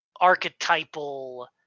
archetypal